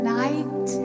night